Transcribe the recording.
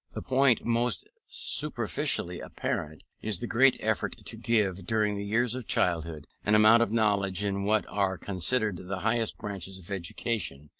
the point most superficially apparent is the great effort to give, during the years of childhood, an amount of knowledge in what are considered the higher branches of education,